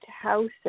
houses